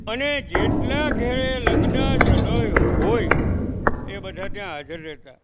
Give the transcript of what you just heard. અને જેટલા ઘેરે લગ્ન જનોઈ હોય એ બધાં ત્યાં હાજર રહેતાં